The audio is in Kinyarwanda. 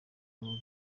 revenue